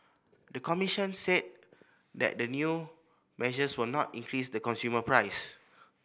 the commission said that the new measures will not increase the consumer price